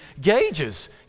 gauges